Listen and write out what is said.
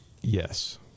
Yes